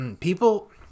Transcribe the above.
people